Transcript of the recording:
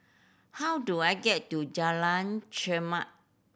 how do I get to Jalan Chermat